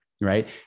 right